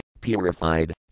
Purified